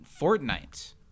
Fortnite